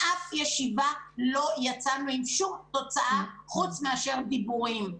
מאף ישיבה לא יצאנו עם שום תוצאה חוץ מאשר דיבורים.